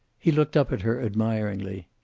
he looked up at her admiringly.